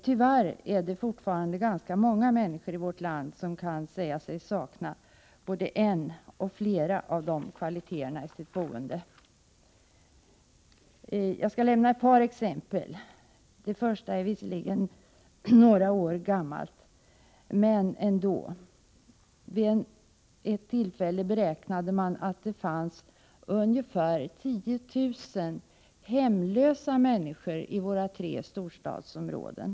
Tyvärr är det fortfarande ganska många människor i vårt land som kan sägas sakna både en och flera av dessa kvaliteter i sitt boende. Jag skall lämna ett par exempel. Det första exemplet är visserligen några år gammalt. Vid ett tillfälle beräknade man att det fanns ungefär 10 000 hemlösa människor i våra tre storstadsområden.